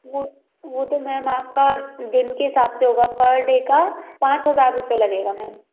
वह वह तो मैम आपका दिन के हिसाब से होगा पर डे का पाँच हज़ार रुपये लगेगा मैम